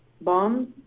bombs